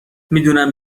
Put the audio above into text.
میدونم